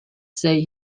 say